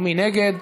מי נגד?